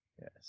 Yes